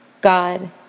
God